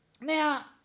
now